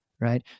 right